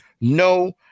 no